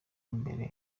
mbere